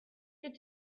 good